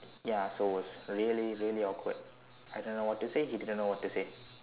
ya so it was really really awkward I don't know what to say he didn't know what to say